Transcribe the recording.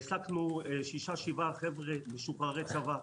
העסקנו שישה שבעה חבר'ה משוחררי צבא,